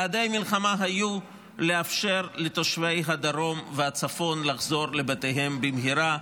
יעדי מלחמה היו לאפשר לתושבי הדרום והצפון לחזור לבתיהם במהרה,